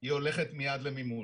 היא הולכת מיד למימוש.